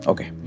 Okay